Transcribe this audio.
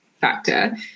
factor